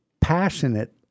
passionate